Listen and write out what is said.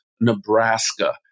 Nebraska